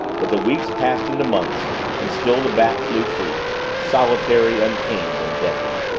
but the weeks passed into months and still the bat flew free, solitary, untamed, and deadly.